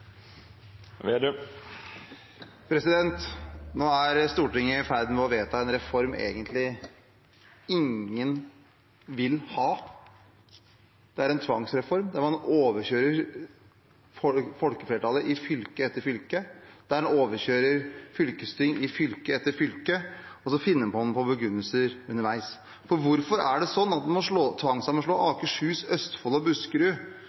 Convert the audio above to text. Nå er Stortinget i ferd med å vedta en reform ingen egentlig vil ha. Det er en tvangsreform der man overkjører folkeflertallet i fylke etter fylke, der man overkjører fylkesting i fylke etter fylke, og så finner man på begrunnelser underveis. Hvorfor er det sånn at man må tvangssammenslå Akershus, Østfold og Buskerud,